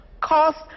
cost